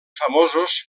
famosos